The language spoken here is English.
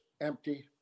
empty